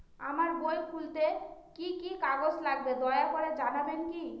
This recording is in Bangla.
আমার বই খুলতে কি কি কাগজ লাগবে দয়া করে জানাবেন কি?